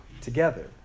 together